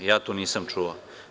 Ja to nisam čuo.